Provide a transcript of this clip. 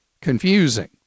confusing